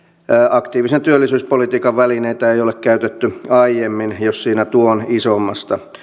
aktiivisen työllisyyspolitiikan välineitä ei ole käytetty aiemmin jos siinä tuon isommasta